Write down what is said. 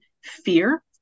fear